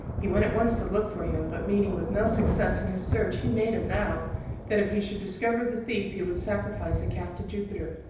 he went at once to look for him, but, meeting with no success in his search, he made a vow that, if he should discover the thief, he would sacrifice a calf to jupiter.